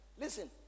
Listen